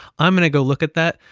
i'm gonna go look at that.